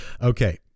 Okay